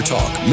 Talk